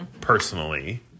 personally